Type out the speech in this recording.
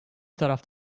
taraf